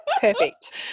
perfect